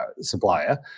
supplier